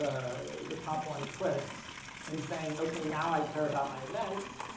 ah the top one clicked and saying, okay, now i care about my events,